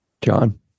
John